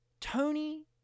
Tony